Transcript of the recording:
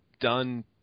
done